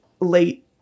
late